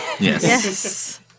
Yes